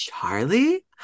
Charlie